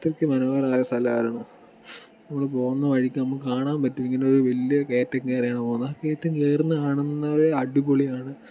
അത്രക്ക് മനോഹരമായ സ്ഥലമായിരുന്നു നമ്മൾ പോകുന്ന വഴിക്ക് നമുക്ക് കാണാൻ പറ്റും ഇങ്ങനെ ഒരു വലിയ കയറ്റം കയറിയാണ് പോകുന്നത് കയറ്റം കയറുന്നത് കാണുന്നതേ അടിപൊളിയാണ്